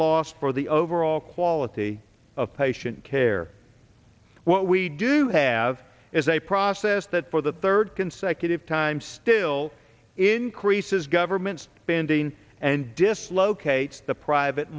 loss for the overall quality of patient care what we do have is a process that for the third consecutive time still increases government spending and dislocate the private